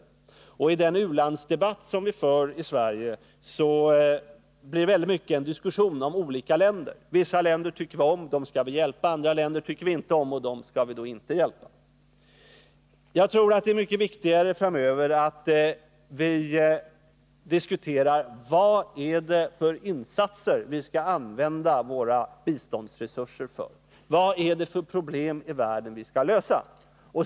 Den u-landsdebatt som vi för i Sverige blir väldigt mycket en diskussion om olika länder. Vissa länder tycker vi om och dem skall vi hjälpa. Andra länder tycker vi inte om och dem skall vi inte hjälpa. Jag tror att det är mycket viktigare att vi framöver diskuterar vad det är för insatser vi skall använda våra biståndsresurser till och att vi frågar oss vad det är för problem i världen som vi skall lösa.